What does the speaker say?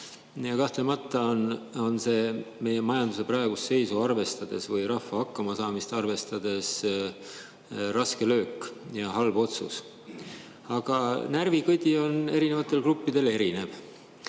Kahtlemata on see meie majanduse praegust seisu või rahva hakkamasaamist arvestades raske löök ja halb otsus. Aga närvikõdi on erinevatel gruppidel erinev.